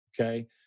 okay